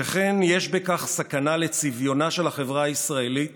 שכן יש בכך סכנה לצביונה של החברה הישראלית